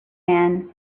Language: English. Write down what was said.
man